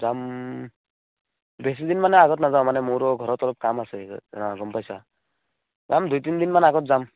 যাম বেছি দিন মানে আগত নাযাওঁ মানে মোৰো ঘৰত অলপ কাম আছে অঁ গম পাইছা যাম দুই তিনি দিনমান আগত যাম